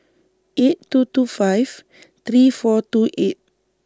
eight two two five three four two eight